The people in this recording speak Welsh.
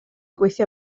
gweithio